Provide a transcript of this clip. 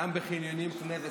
גם בחניונים של חנה וסע,